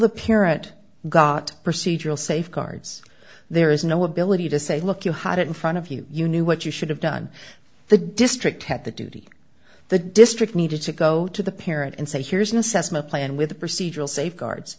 the pierrot got procedural safeguards there is no ability to say look you had it in front of you you knew what you should have done the district had the duty the district needed to go to the parent and say here's an assessment plan with the procedural safeguards